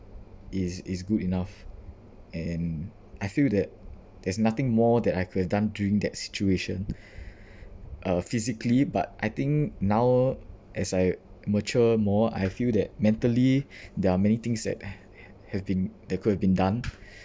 is is good enough and I feel that there's nothing more that I could have done during that situation uh physically but I think now as I mature more I feel that mentally there are many things that have been that could have been done